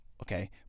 Okay